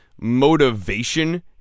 motivation